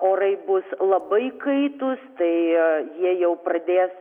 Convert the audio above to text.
orai bus labai kaitūs tai jie jau pradės